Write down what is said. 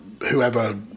whoever